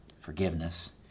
forgiveness